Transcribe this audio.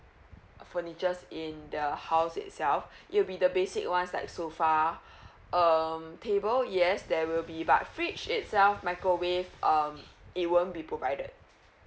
furnitures in the house itself it'll be the basic ones like sofa um table yes there will be but fridge itself microwave um it won't be provided